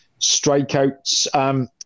strikeouts